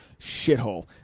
shithole